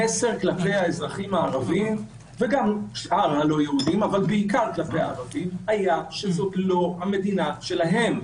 המסר כלפי האזרחים הערבים ושאר הלא יהודים היה שזאת לא המדינה שלהם,